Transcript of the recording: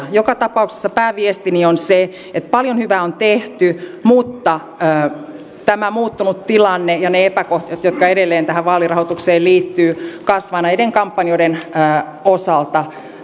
joka tapauksessa pääviestini on se että paljon hyvää on tehty mutta tämä tilanne on muuttunut ja ne epäkohdat jotka edelleen tähän vaalirahoitukseen liittyvät kasvavat näiden kampanjoiden osalta